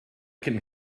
can